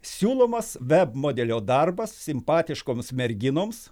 siūlomas veb modelio darbas simpatiškoms merginoms